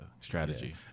strategy